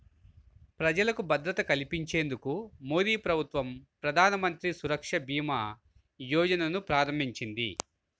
ప్రజలకు భద్రత కల్పించేందుకు మోదీప్రభుత్వం ప్రధానమంత్రి సురక్ష భీమా యోజనను ప్రారంభించింది